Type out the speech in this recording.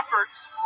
efforts